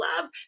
love